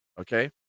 okay